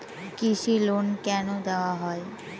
কৃষি লোন কেন দেওয়া হয়?